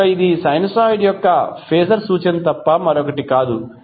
కనుక ఇది సైనూసోయిడ్ యొక్క ఫేజర్ సూచన తప్ప మరొకటి కాదు